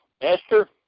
Esther